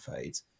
fades